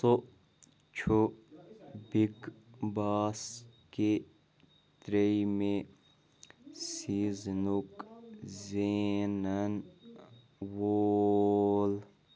سُہ چھُ big boss کہِ ترٛیٚمہِ سیٖزنُک زینَن وول